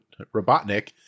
Robotnik